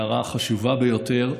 הערה חשובה ביותר.